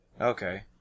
Okay